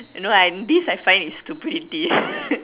you know I this I find is stupidity